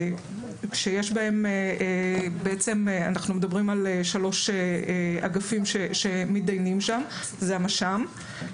אנחנו מדברים על שלושה אגפים שמתדיינים שם המש"מ,